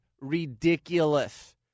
ridiculous